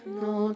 no